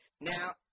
Now